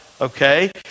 okay